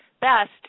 best